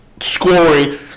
scoring